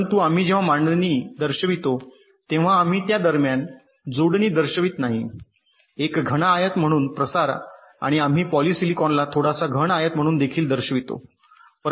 परंतु आम्ही जेव्हा मांडणी दर्शवितो तेव्हा आम्ही त्या दरम्यान जोडणी दर्शवित नाही एक घन आयत म्हणून प्रसार आणि आम्ही पॉलिसिलिकॉनला थोडासा घन आयत म्हणून देखील दर्शवितो